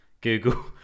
Google